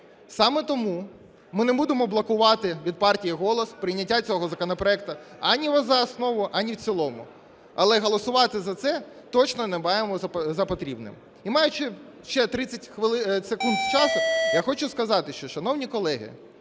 Саме тому ми не будемо блокувати від партії "Голос" прийняття цього законопроекту ані за основу, ані в цілому, але голосувати за це точно не маємо за потрібне. І, маючи ще 30 секунд часу, я хочу сказати, що, шановні колеги,